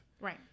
Right